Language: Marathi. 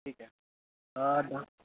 ठीक आहे अ द